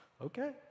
okay